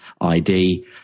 ID